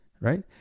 right